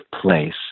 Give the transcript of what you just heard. place